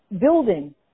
building